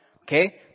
Okay